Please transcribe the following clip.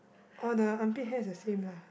!wah! the armpit hair is the same lah